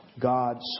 God's